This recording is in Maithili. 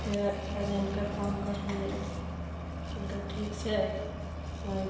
फेर एजेंटके फोन करलियै कहलकइ ठीक छै पहुँ